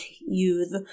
youth